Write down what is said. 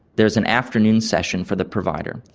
there's an afternoon session for the provider,